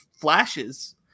flashes